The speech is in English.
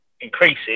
increases